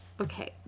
okay